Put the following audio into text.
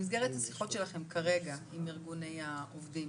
במסגרת השיחות שלכם כרגע עם ארגוני העובדים,